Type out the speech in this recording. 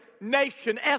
nation